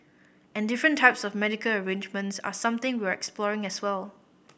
and different types of medical arrangements are something we're exploring as well